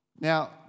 Now